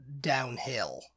downhill